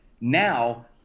Now